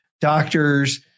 doctors